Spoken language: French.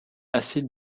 assez